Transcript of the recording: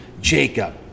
Jacob